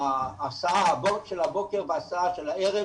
ההסעה של הבוקר וההסעה של הערב,